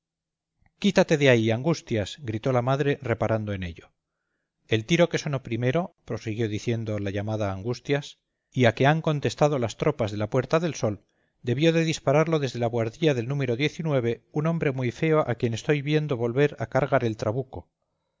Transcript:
quítate de ahí angustias gritó la madre reparando en ello el tiro que sonó primero prosiguió diciendo la llamada angustias y a que han contestado las tropas de la puerta del sol debió de dispararlo desde la buhardilla del número un hombre muy feo a quien estoy viendo volver a cargar el trabuco